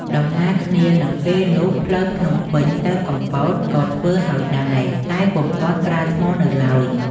ដំណាលគ្នានឹងពេលនោះ ផ្លូវភ្នំពេញ ទៅកំពតក៏ធ្វើហើយដែរ តែពុំទាន់ក្រាលថ្មនៅឡើយ ។